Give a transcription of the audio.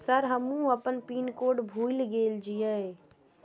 Sir हमू अपना pin code भूल गेल जीये?